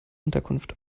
unterkunft